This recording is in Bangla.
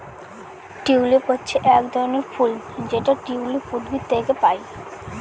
টিউলিপ হচ্ছে এক ধরনের ফুল যেটা টিউলিপ উদ্ভিদ থেকে পায়